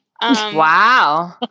Wow